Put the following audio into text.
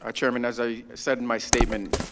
ah chairman, as i said in my statement,